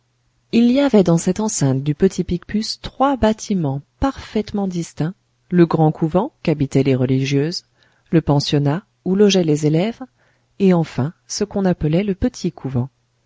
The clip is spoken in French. il y avait dans cette enceinte du petit picpus trois bâtiments parfaitement distincts le grand couvent qu'habitaient les religieuses le pensionnat où logeaient les élèves et enfin ce qu'on appelait le petit couvent